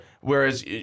whereas